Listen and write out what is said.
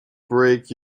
break